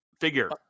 Figure